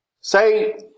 Say